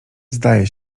zdaje